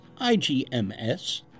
IGMS